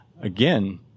Again